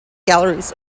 galleries